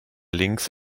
links